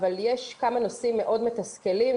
אבל יש כמה נושאים מאוד מתסכלים,